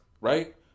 right